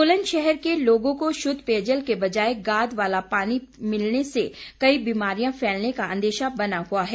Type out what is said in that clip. सोलन शहर के लोगों को शुद्ध पेयजल के बजाए गाद वाला पानी मिलने से कई बिमारियां फैलने का अंदेशा बना हुआ है